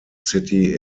city